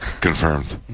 Confirmed